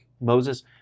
moses